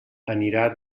anirà